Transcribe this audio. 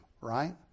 right